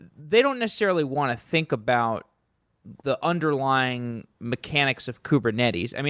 and they don't necessarily want to think about the underlying mechanics of kubernetes.